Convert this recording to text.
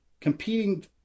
competing